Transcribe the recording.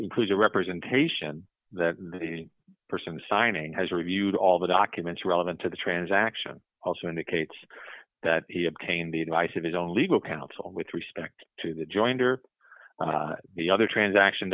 includes a representation the person signing has reviewed all the documents relevant to the transaction also indicates that he obtained the advice of his own legal counsel with respect to the jointer the other transaction